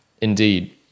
indeed